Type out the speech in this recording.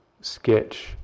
sketch